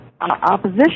opposition